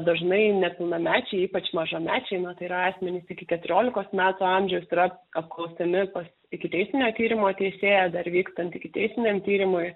dažnai nepilnamečiai ypač mažamečiai na tai yra asmenys iki keturiolikos metų amžiaus yra apklausiami pas ikiteisminio tyrimo teisėją dar vykstant ikiteisminiam tyrimui